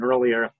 earlier